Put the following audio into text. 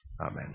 Amen